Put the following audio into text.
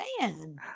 man